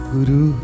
Guru